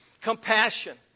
Compassion